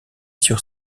sur